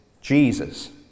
Jesus